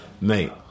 mate